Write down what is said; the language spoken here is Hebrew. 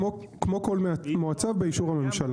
כמו כל מועצה, באישור הממשלה.